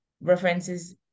references